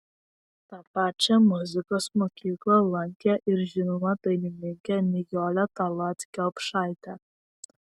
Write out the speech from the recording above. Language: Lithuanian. tą pačią muzikos mokyklą lankė ir žinoma dainininkė nijolė tallat kelpšaitė